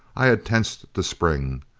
i had tensed to spring.